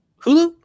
Hulu